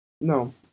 no